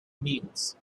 meals